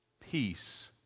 Peace